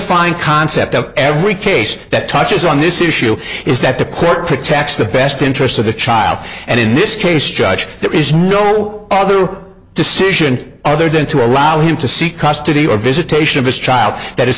defined concept of every case that touches on this issue is that the court to tax the best interest of the child and in this case judge there is no other decision other than to allow him to seek custody or visitation of this child that